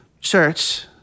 church